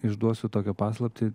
išduosiu tokią paslaptį